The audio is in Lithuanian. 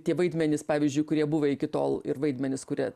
tie vaidmenys pavyzdžiui kurie buvo iki tol ir vaidmenis kurie